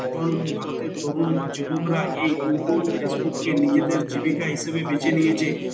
এখন ভারতের তরুণ যুবকরা এই ইউটুব ফেসবুককে নিজেদের জীবিকা হিসেবে বেছে নিয়েছে